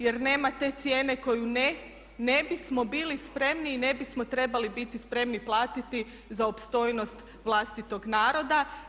Jer nema te cijene koju ne bismo bili spremni i ne bismo trebali biti spremni platiti za opstojnost vlastitog naroda.